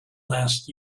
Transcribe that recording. last